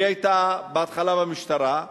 היא היתה בהתחלה במשטרה,